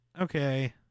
okay